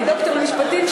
אני דוקטור למשפטים,